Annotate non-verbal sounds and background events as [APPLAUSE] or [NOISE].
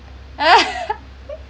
[LAUGHS]